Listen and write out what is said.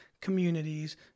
communities